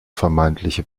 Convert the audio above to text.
vermeintliche